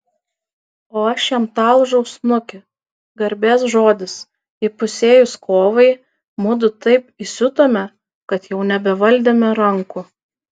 o aš jam talžau snukį garbės žodis įpusėjus kovai mudu taip įsiutome kad jau nebevaldėme rankų